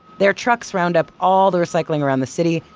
their trucks round up all the recycling around the city,